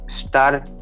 start